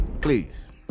please